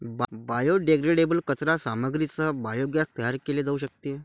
biodegradable कचरा सामग्रीसह biogas तयार केले जाऊ शकते